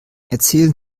erzählen